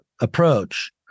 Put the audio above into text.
approach